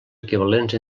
equivalents